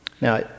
now